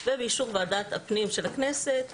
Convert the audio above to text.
ובאישור ועדת הפנים של הכנסת.